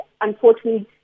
unfortunately